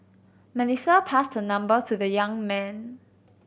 Melissa passed her number to the young man